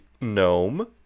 gnome